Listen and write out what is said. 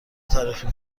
تاریخی